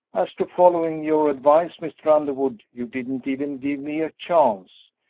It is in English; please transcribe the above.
as to following your advice, mr. underwood, you didn't even give me a chance.